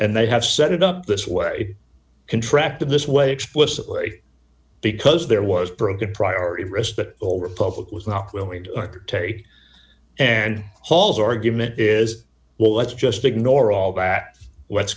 nd they have set it up this way contract in this way explicitly because there was broken priority respect over public was not willing to take and halls argument is well let's just ignore all that let's